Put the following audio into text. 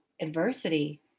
adversity